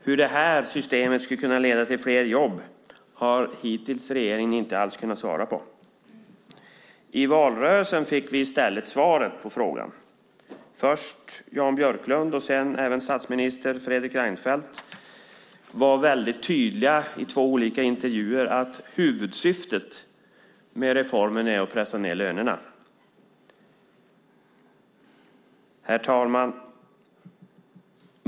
Hur det här systemet skulle kunna leda till fler jobb har regeringen hittills inte alls kunnat svara på. I valrörelsen fick vi i stället svaret på frågan. Först Jan Björklund och sedan även statsminister Fredrik Reinfeldt var väldigt tydliga i två olika intervjuer med att huvudsyftet med reformen är att pressa ned lönerna. Herr talman!